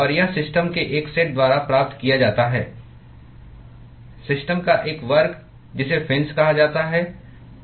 और यह सिस्टम के एक सेट द्वारा प्राप्त किया जाता है सिस्टम का एक वर्ग जिसे फिन्स कहा जाता है